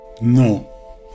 No